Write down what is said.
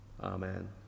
Amen